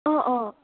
অ অ